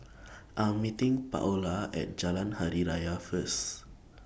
I'm meeting Paola At Jalan Hari Raya First